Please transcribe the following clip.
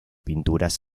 pinturas